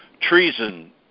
treason